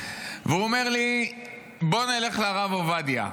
והוא אומר לי: בוא נלך לרב עובדיה.